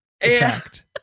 effect